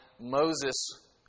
Moses